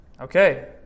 Okay